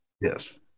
yes